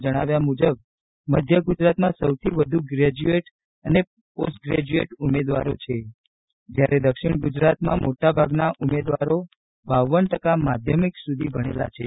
ના જણાવ્યા મુજબ મધ્ય ગુજરાતમાં સૌથી વધુ ગેજ્યુએટ અને પોસ્ટ ગેજ્યુએટ ઉમેદવારો છે જ્યારે દક્ષિણ ગુજરાતમાં મોટા ભાગના ઉમેદવારો બાવન ટકા માધ્યમિક સુધી ભણેલા છે